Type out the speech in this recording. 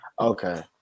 Okay